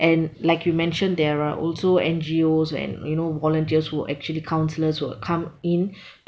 and like you mentioned there are also N_G_Os and you know volunteers who are actually counsellors will come in